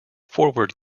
forward